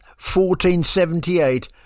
1478